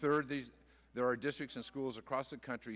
third there are districts and schools across the country